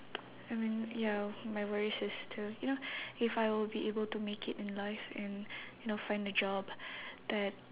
I mean ya my worries is to you know if I will be able to make it in life and you know find a job that